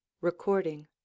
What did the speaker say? Recording